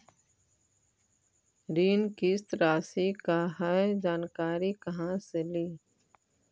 ऋण किस्त रासि का हई जानकारी कहाँ से ली?